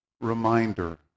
Reminder